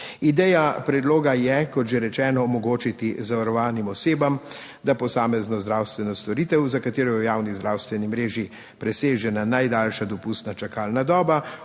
Ideja predloga je, kot že rečeno, omogočiti zavarovanim osebam, da posamezno zdravstveno storitev za katero je v javni zdravstveni mreži presežena najdaljša dopustna čakalna doba